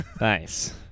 Nice